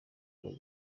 paul